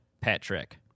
Patrick